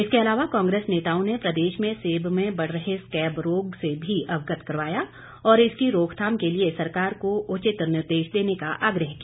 इसके अलावा कांग्रेस नेताओं ने प्रदेश में सेब में बढ़ रहे स्कैब रोग से भी अवगत करवाया और इसकी रोकथाम के लिए सरकार को उचित निर्देश देने का आग्रह किया